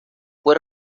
fue